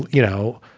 you know,